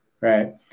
right